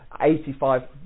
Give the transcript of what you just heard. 85